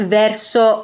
verso